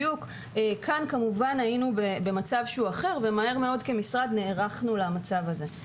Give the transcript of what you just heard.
כאן היינו במצב אחר ומהר מאוד כמשרד נערכנו למצב הזה.